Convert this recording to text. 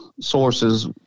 sources